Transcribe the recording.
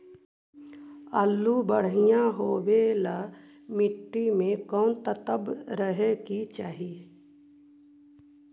आलु बढ़िया होबे ल मट्टी में कोन तत्त्व रहे के चाही?